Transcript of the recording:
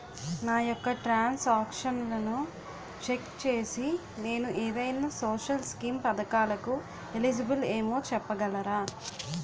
నా యెక్క ట్రాన్స్ ఆక్షన్లను చెక్ చేసి నేను ఏదైనా సోషల్ స్కీం పథకాలు కు ఎలిజిబుల్ ఏమో చెప్పగలరా?